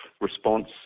Response